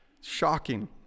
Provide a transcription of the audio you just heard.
Shocking